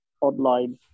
online